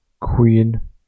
Queen